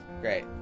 Great